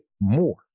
more